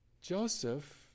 Joseph